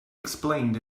explained